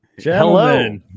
Hello